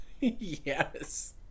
Yes